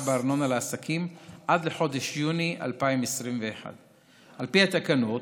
בארנונה לעסקים עד לחודש יוני 2021. על פי התקנות,